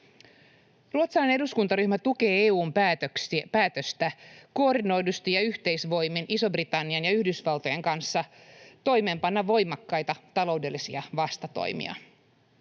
Ruotsalainen eduskuntaryhmä tukee EU:n päätöstä koordinoidusti ja yhteisvoimin Ison-Britannian ja Yhdysvaltojen kanssa toimeenpanna voimakkaita taloudellisia vastatoimia.